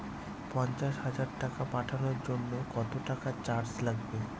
পণ্চাশ হাজার টাকা পাঠানোর জন্য কত টাকা চার্জ লাগবে?